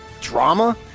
drama